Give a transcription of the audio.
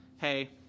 Hey